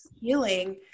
healing